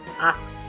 Awesome